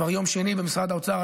כבר יום שני במשרד האוצר,